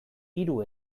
hiru